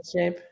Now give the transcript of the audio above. shape